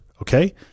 Okay